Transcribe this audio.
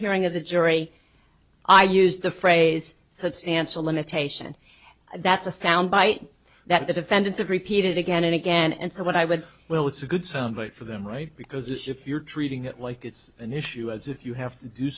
hearing of the jury i used the phrase substantial limitation that's a sound bite that the defendants have repeated again and again and so what i would well it's a good sound bite for them right because if you're treating it like it's an issue as if you have to do